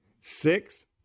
six